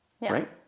right